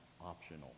optional